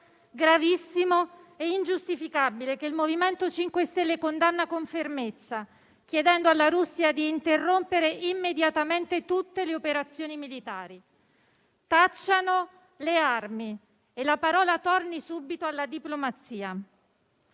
gravissimo e ingiustificabile, che il MoVimento 5 Stelle condanna con fermezza, chiedendo alla Russia di interrompere immediatamente tutte le operazioni militari. Tacciano le armi e la parola torni subito alla diplomazia.